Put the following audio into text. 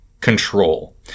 control